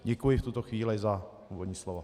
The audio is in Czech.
Děkuji v tuto chvíli za úvodní slovo.